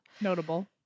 Notable